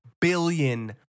billion